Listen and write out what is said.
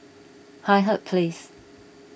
Hindhede Place